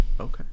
Okay